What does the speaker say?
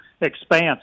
expanse